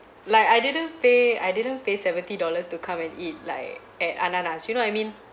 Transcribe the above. like I didn't pay I didn't pay seventy dollars to come and eat like at ananas you know what I mean